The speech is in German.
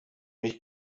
mich